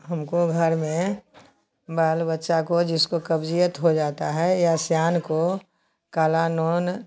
हमारे घर में बाल बच्चा को जिसको कब्जियत हो जाती है या सियान को काला नून